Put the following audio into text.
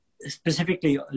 specifically